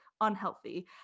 unhealthy